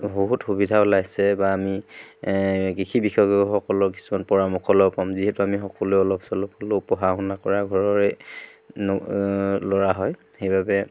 বহুত সুবিধা ওলাইছে বা আমি কৃষি বিশেষজ্ঞসকলৰ কিছুমান পৰামৰ্শ ল'ব পাম যিহেতু আমি সকলোৱেই অলপ চলপ হ'লেও পঢ়া শুনা কৰা ঘৰৰে ল'ৰা হয় সেইবাবে